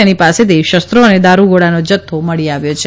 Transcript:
તેની પાસેથી શસ્ત્રો અને દારૂગોળાનો જથ્થો મળી આવ્યો છે